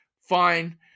Fine